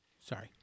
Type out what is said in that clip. Sorry